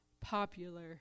popular